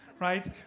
right